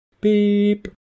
Beep